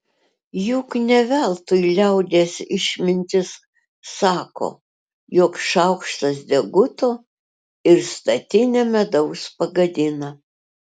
juk ne veltui liaudies išmintis sako jog šaukštas deguto ir statinę medaus pagadina